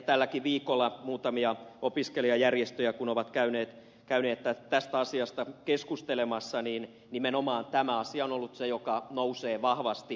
tälläkin viikolla kun muutamat opiskelijajärjestöt ovat käyneet tästä asiasta keskustelemassa nimenomaan tämä asia on ollut se mikä nousee vahvasti esille